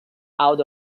out